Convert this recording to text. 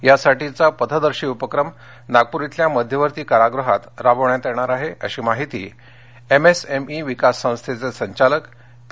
यासाठीचा पथदर्शी उपक्रम नागपूर इथल्या मध्यवर्ती कारागृहात राबविण्यात येणार आहे अशीमाहिती एमएसएमई विकास संस्थेचे संचालक पी